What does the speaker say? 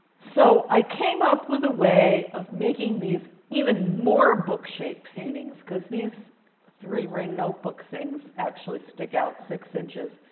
so i came up with a way of making these even more book-shaped paintings. because these three-ring notebook things actually stick out six inches.